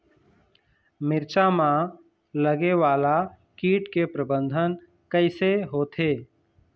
मिरचा मा लगे वाला कीट के प्रबंधन कइसे होथे?